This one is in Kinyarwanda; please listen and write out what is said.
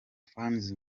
fans